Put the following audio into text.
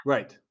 Right